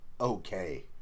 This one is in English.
okay